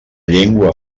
llengua